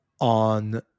on